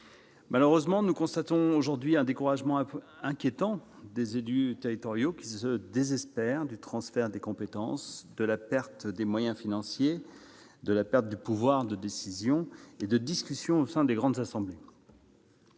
Malheureusement, nous constatons aujourd'hui un découragement inquiétant des élus territoriaux, qui se désespèrent du transfert des compétences, de la réduction des moyens financiers et de la perte du pouvoir de décision et de discussion au sein des grandes assemblées.